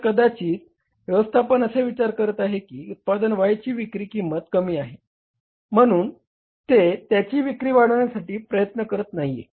तर कदाचित व्यवस्थापन असे विचार करत आहे की उत्पादन Y ची विक्री किंमत कमी आहे म्हणून ते त्याची विक्री वाढविण्यासाठी प्रयत्न करत नाहीये